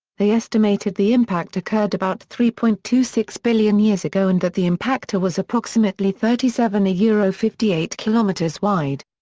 they estimated the impact occurred about three point two six billion years ago and that the impactor was approximately thirty seven fifty eight kilometers wide.